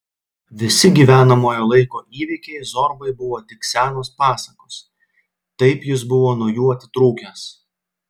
visi gyvenamojo laiko įvykiai zorbai buvo tik senos pasakos taip jis buvo nuo jų atitrūkęs